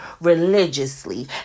religiously